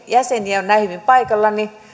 jäseniä on näin hyvin paikalla niin